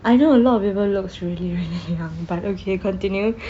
I know a lot of people looks really really but okay continue